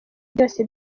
byose